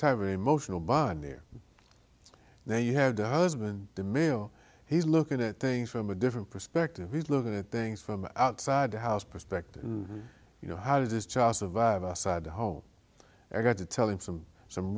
emotional bond there now you have the husband the male he's looking at things from a different perspective he's looking at things from outside the house perspective you know how does this child survive outside the home i got to tell him some some